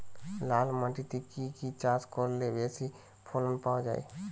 লাল মাটিতে কি কি চাষ করলে বেশি ফলন পাওয়া যায়?